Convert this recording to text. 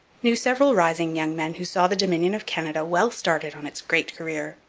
knew several rising young men who saw the dominion of canada well started on its great career.